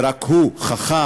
ורק הוא חכם